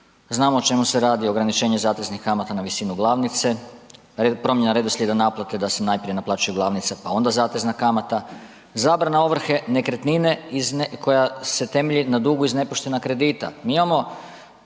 Znamo o čemu se radi o ograničenju zateznih kamata na visinu glavnice, promjena redoslijeda naplate da se najprije naplaćuje glavnica pa onda zatezna kamata, zabrana ovrhe nekretnine koja se temelji na dugu iz nepoštena kredita.